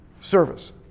service